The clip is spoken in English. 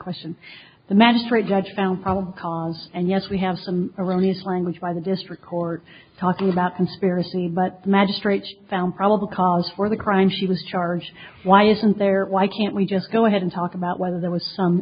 question the magistrate judge found probable cause and yes we have some erroneous language by the district court talking about conspiracy but the magistrate found probable cause for the crime she was charged why isn't there why can't we just go ahead and talk about whether there was some